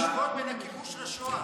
איך את נותנת לו להשוות בין הכיבוש לשואה?